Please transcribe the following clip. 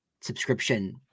subscription